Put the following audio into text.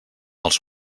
els